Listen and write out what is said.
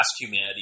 humanity